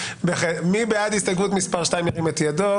מי בעד הסתייגות מס' 2 ירים את ידו?